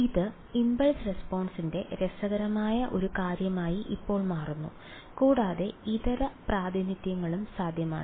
ഇത് ഇംപൾസ് റെസ്പോൺസ്ൻറെ രസകരമായ ഒരു കാര്യമായി ഇപ്പോൾ മാറുന്നു കൂടാതെ ഇതര പ്രാതിനിധ്യങ്ങളും സാധ്യമാണ്